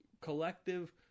collective